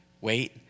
wait